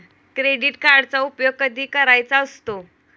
Credit कार्डचा उपयोग कधी करायचा असतो?